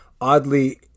oddly